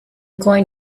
going